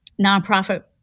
Nonprofit